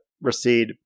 recede